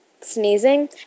sneezing